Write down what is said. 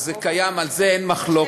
וזה קיים, על זה אין מחלוקת.